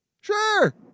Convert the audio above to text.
Sure